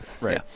right